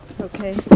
Okay